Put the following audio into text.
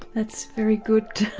that's very good, a